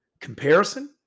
comparison